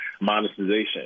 monetization